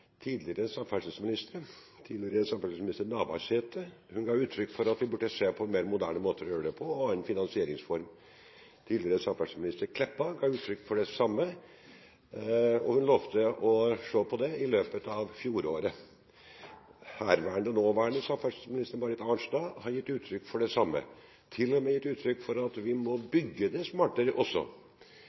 tidligere samferdselsministre. Tidligere samferdselsminister Navarsete ga uttrykk for at vi burde se på mer moderne måter å gjøre det på, og en annen finansieringsform. Tidligere samferdselsminister Meltveit Kleppa ga uttrykk for det samme, og hun lovet å se på det i løpet av fjoråret. Herværende og nåværende samferdselsminister Marit Arnstad har gitt uttrykk for det samme – hun har til og med gitt uttrykk for at vi må bygge det smartere også.